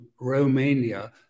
Romania